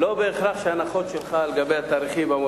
אבל לא בהכרח ההנחות שלך על התאריכים,